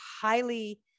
highly